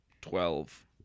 Twelve